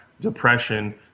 depression